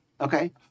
Okay